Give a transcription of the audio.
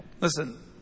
listen